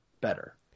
better